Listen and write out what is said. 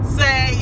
say